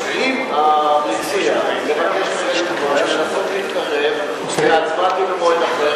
אם המציע מבקש לנסות להתקרב וההצבעה תהיה במועד אחר,